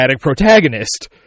protagonist